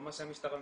מה שהמשטרה מספרת.